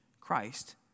Christ